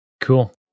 Cool